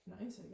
nice